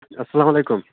اسلام علیکُم